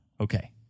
Okay